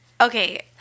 Okay